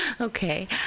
Okay